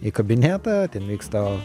į kabinetą ten vyksta